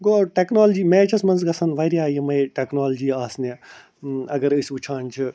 گوٚو technology matches منٛز گژھَن واریاہ یِمٕے ٹیکنالجی آسنہِ اَگر أسۍ وُچھان چھِ